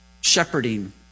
shepherding